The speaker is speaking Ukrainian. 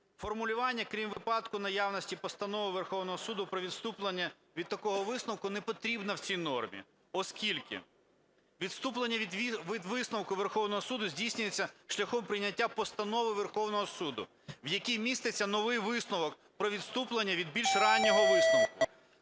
Формулювання "крім випадку наявності постанови Верховного Суду про відступлення від такого висновку" не потрібно в цій нормі, оскільки відступлення від висновку Верховного Суду здійснюється шляхом прийняття постанови Верховного Суду, в якій міститься новий висновок про відступлення від більш раннього висновку.